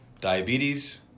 diabetes